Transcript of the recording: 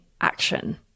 action